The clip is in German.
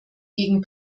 gegen